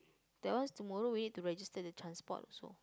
that one is tomorrow already to register the transport so